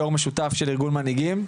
יו"ר משותף של ארגון מנהיגים.